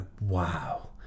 wow